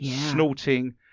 snorting